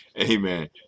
Amen